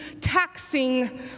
taxing